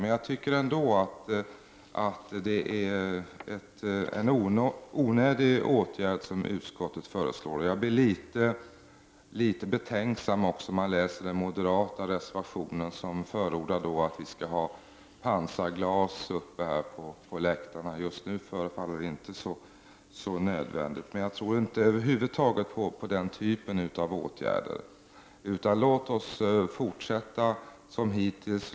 Men jag tycker ändå att utskottets förslag är en onödig åtgärd. Och jag blir också litet betänksam när jag läser den moderata reservationen där det förordas att det skall vara pansarglas på läktarna. Just nu förefaller det inte vara så nödvändigt. Men jag tror över huvud taget inte på den typen av åtgärder. Låt oss fortsätta som hittills.